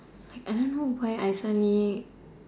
like I don't know why I send me